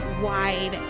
wide